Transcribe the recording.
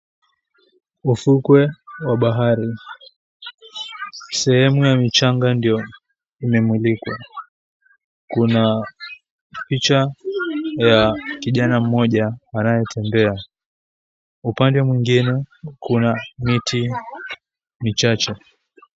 Ufukwe wa bahari. Sehemu ya michanga ndio imemulikwa. Kuna picha ya kijana mmoja anayetembea. Upande mwingine kuna miti michache.